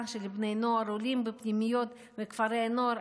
של בני נוער עולים בפנימיות ובכפרי הנוער,